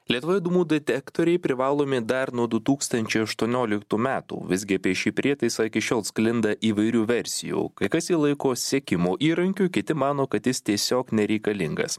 lietuvoje dūmų detektoriai privalomi dar nuo du tūkstančiai aštuonioliktų metų visgi apie šį prietaisą iki šiol sklinda įvairių versijų kai kas jį laiko sekimo įrankiu kiti mano kad jis tiesiog nereikalingas